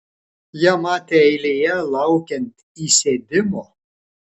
ją matė eilėje laukiant įsėdimo